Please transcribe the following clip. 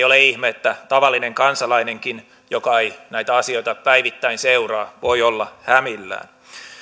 ole ihme että tavallinen kansalainenkin joka ei näitä asioita päivittäin seuraa voi olla hämillään